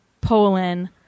Poland